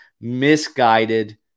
misguided